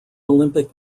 olympic